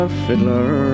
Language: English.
fiddler